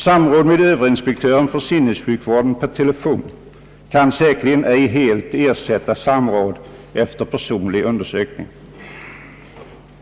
Samråd per telefon med Ööverinspektören för sinnessjukvården kan säkerligen ej helt ersätta samråd efter personlig undersökning.